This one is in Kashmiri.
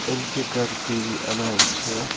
ییٚلہِ تہِ گَرٕ ٹی وی اَنان چھِ